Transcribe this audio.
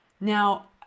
Now